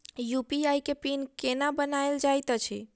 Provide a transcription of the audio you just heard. UPI केँ PIN केना बनायल जाइत अछि